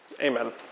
Amen